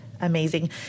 Amazing